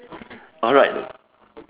alright